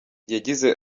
yagize